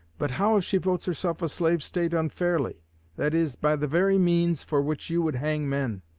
but how if she votes herself a slave state unfairly that is, by the very means for which you would hang men?